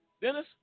Dennis